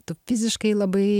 tu fiziškai labai